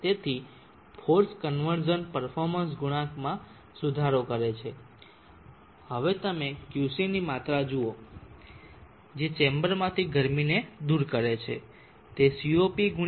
તેથી forced conversion performance ગુણાંકમાં સુધારો કરે છે હવે તમે Qcની માત્રા જુઓ છો જે ચેમ્બરમાંથી ગરમી ને દૂર કરે છે તે CoP×E છે જે 56 વોટ છે